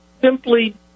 simply